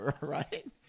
right